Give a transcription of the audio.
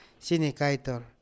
Sinikaitor